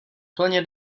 plně